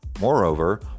Moreover